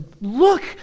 look